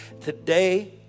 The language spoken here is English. Today